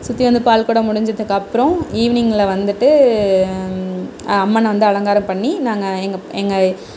சுற்றி வந்து பால் குடம் முடிஞ்சதும் அப்றம் ஈவினிங்கில் வந்துட்டு அம்மனை வந்து அலங்காரம் பண்ணி நாங்கள் எங்கள் எங்கள்